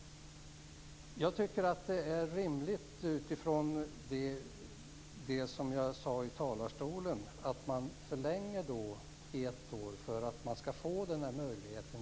Jag tycker att det är rimligt, utifrån det som jag tidigare sade i talarstolen, att man förlänger denna övergångstid med ett år för att denna möjlighet skall ges.